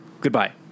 Goodbye